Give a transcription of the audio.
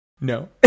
No